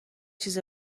چیز